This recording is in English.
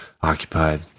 occupied